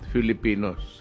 Filipinos